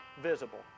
visible